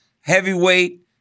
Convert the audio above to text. heavyweight